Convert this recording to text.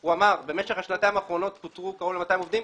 הוא אמר שבמשך השנתיים האחרונות פוטרו קרוב ל-200 עובדים,